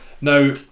Now